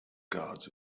gods